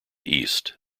east